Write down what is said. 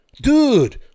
dude